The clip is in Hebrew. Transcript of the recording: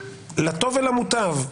לטוב ולמוטב,